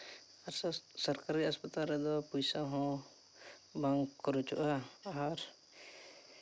ᱟᱨ ᱥᱚᱨᱠᱟᱨᱤ ᱦᱟᱥᱯᱟᱛᱟᱞ ᱨᱮᱫᱚ ᱯᱚᱭᱥᱟ ᱦᱚᱸ ᱵᱟᱝ ᱠᱷᱚᱨᱚᱪᱚᱜᱼᱟ ᱟᱨ